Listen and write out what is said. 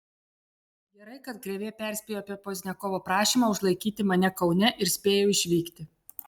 gerai kad krėvė perspėjo apie pozniakovo prašymą užlaikyti mane kaune ir spėjau išvykti